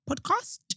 Podcast